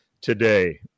today